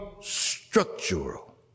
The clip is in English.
structural